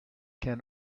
can